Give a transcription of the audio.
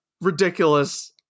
ridiculous